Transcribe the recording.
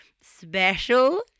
special